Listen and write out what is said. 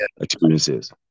experiences